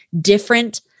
different